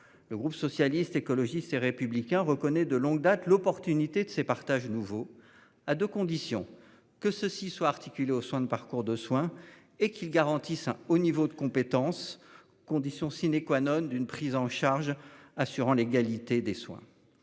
Le groupe socialiste, écologiste et républicain reconnaît de longue date, l'opportunité de ces partage nouveau à 2 conditions que ceux-ci soient articulées aux soins de parcours de soins et qu'il garantissent un haut niveau de compétence. Condition sine qua non d'une prise en charge, assurant l'égalité des soins.